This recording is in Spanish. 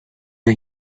las